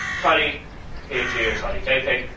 tiny paid geo tati jpeg.